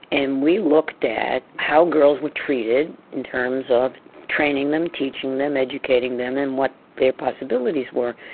and we looked at how girls were treated in terms of training them, teaching them, educating them, and what their possibilities were,